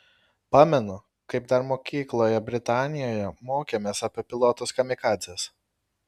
pamenu kaip dar mokykloje britanijoje mokėmės apie pilotus kamikadzes